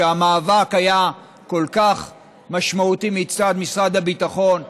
שבה המאבק היה כל כך משמעותי מצד משרד הביטחון,